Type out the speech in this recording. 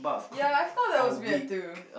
ya I thought that was weird too